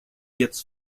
gets